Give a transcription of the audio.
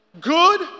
good